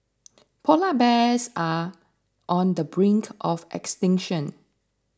Polar Bears are on the brink of extinction